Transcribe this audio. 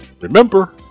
Remember